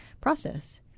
process